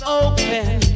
open